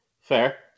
Fair